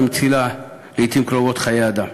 ומצילה, לעתים קרובות, חיי אדם.